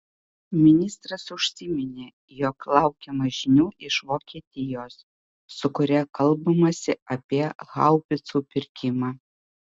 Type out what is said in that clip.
ministras užsiminė jog laukiama žinių iš vokietijos su kuria kalbamasi apie haubicų pirkimą